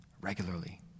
regularly